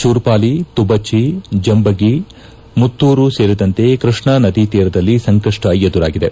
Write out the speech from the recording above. ಶೂರ್ಪಾಲಿ ತುಬಚಿ ಜಂಬಗಿ ಮುತ್ತೂರು ಸೇರಿದಂತೆ ಕೈಷ್ಣಾ ನದಿ ತೀರದಲ್ಲಿ ಸಂಕಷ್ಟ ಎದುರಾಗಿದೆ